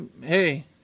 hey